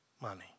money